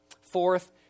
Fourth